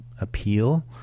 appeal